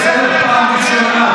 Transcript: אינו נוכח בושה וכלימה.